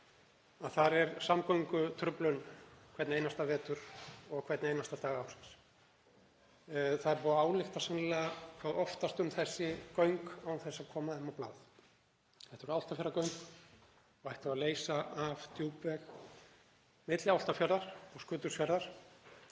að þar er samgöngutruflun hvern einasta vetur og hvern einasta dag ársins. Það er búið að álykta sennilega hvað oftast um þessi göng án þess að koma þeim á blað. Þetta eru Álftafjarðargöng og ættu að leysa af Djúpveg milli Álftafjarðar og Skutulsfjarðar.